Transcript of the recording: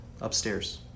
upstairs